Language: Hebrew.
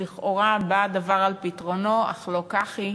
לכאורה הדבר בא על פתרונו, אך לא כך הוא.